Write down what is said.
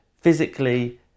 physically